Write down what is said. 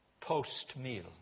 post-meal